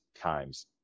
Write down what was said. times